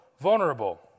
vulnerable